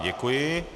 Děkuji.